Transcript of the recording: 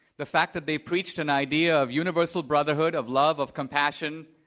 the fact that they preached an idea of universal brotherhood, of love, of compassion,